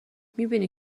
میبینی